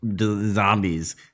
zombies